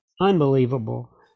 Unbelievable